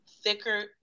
thicker